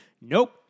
nope